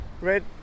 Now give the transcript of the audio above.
Red